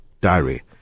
diary